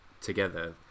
together